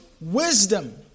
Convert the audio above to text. wisdom